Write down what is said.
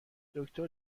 دکتر